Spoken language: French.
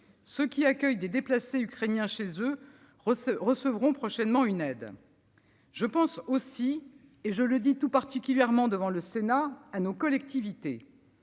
ceux qui accueillent des déplacés ukrainiens chez eux recevront prochainement une aide. Je pense aussi, et je le dis tout particulièrement devant le Sénat, à nos collectivités.